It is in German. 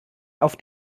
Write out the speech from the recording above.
auf